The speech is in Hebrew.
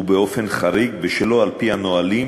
ובאופן חריג ושלא על-פי הנהלים,